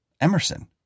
Emerson